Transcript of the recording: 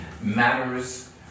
matters